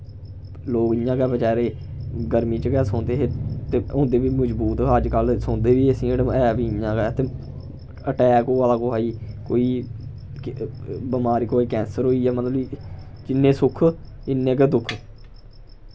लोग इ'यां गै बेचारे गर्मी च गै सौंदे हे ते होंदे बी मजबूत हे अज्जकल सौंदे बी एसीयै हेठ ते ऐ बी इ'यां गै ते अटैक होआ दा कुसै गी कोई बमार कोई कैंसर होई गेआ मतलब कि किन्ने सुख इन्ने गै दुख